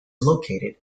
located